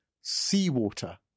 seawater